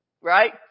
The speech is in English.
Right